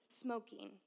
smoking